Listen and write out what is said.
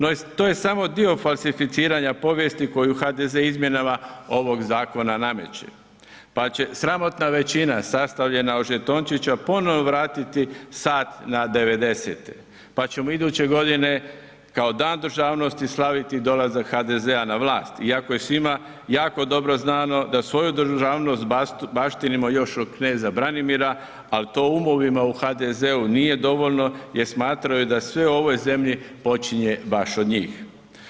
No, to je samo dio falsificiranja povijesti koju HDZ izmjenama ovog zakona nameće, pa će sramotna većina sastavljena od žetončića ponovo vratiti sat na 90.-te, pa ćemo iduće godine kao Dan državnosti slaviti dolazak HDZ-a na vlast iako je svima jako dobro znano da svoju državnost baštinimo još od kneza Branimira, al to umovima u HDZ-u nije dovoljno jer smatraju da sve u ovoj zemlji počinje baš od njih.